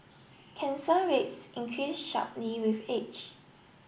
cancer rates increase sharply with age